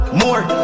more